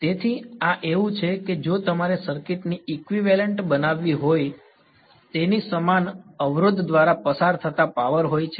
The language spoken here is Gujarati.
તેથી આ એવું છે કે જો તમારે સર્કિટ ની ઇક્વિવેલન્ટ બનાવવી હોય તેની સમાન અવરોધ દ્વારા પસાર થતા પાવર હોય છે